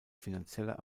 finanzieller